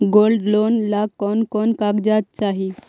Gold loan ला कौन कौन कागजात चाही?